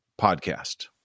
podcast